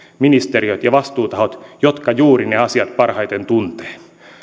ministeriöt ja vastuutahot jotka juuri ne asiat parhaiten tuntevat